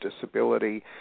disability